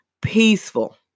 peaceful